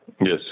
Yes